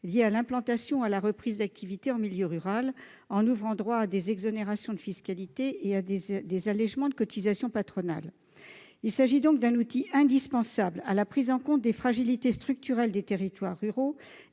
liées à l'implantation ou à la reprise d'activités en milieu rural, en ouvrant droit à des exonérations de fiscalité et à des allégements de cotisations patronales. Il s'agit donc d'un outil indispensable à la prise en compte des fragilités structurelles des territoires ruraux